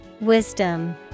Wisdom